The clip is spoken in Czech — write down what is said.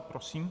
Prosím.